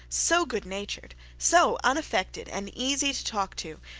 so good natured, so unaffected and easy to talk to,